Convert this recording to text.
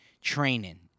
training